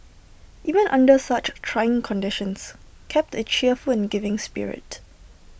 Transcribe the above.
even under such trying conditions kept A cheerful and giving spirit